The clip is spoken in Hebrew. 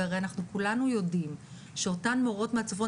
והרי אנחנו כולנו יודעים שאותן מורות מהצפון